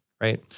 right